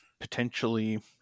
potentially